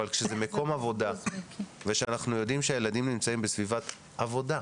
אבל כשזה מקום עבודה וכשאנחנו יודעים שהילדים נמצאים בסביבת עבודה,